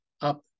up